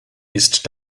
ist